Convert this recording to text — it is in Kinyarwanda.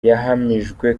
yahamijwe